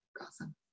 Awesome